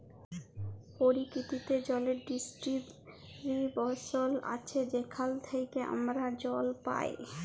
পরকিতিতে জলের ডিস্টিরিবশল আছে যেখাল থ্যাইকে আমরা জল পাই